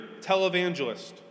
televangelist